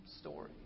story